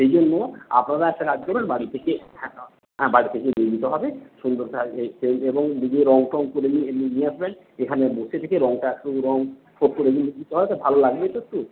সেই জন্য আপনারা একটা কাজ করবেন বাড়ি থেকে হ্যাঁ বাড়ি থেকে নিয়ে নিতে হবে সুন্দর কাজ এবং নিজে রঙ টঙ করে নিয়ে আসবেন এখানে বসে থেকে রঙটা শুধু রঙ নিতে হয় তো ভালো লাগবে তো একটু